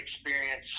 experience